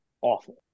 awful